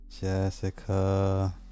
jessica